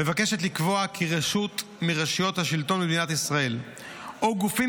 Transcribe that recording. מבקשת לקבוע כי רשות מרשויות השלטון במדינת ישראל או גופים